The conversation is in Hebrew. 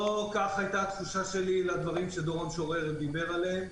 לא כך הייתה התחושה שלי לדברים שדורון שורר דיבר עליהם.